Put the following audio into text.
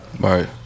Right